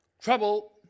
trouble